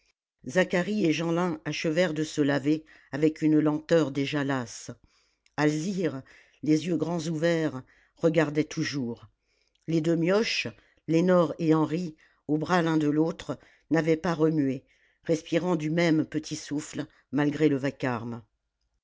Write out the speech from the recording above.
zacharie et jeanlin achevèrent de se laver avec une lenteur déjà lasse alzire les yeux grands ouverts regardait toujours les deux mioches lénore et henri aux bras l'un de l'autre n'avaient pas remué respirant du même petit souffle malgré le vacarme